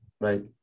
right